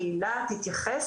אנחנו דואגים שהקהילה תתייחס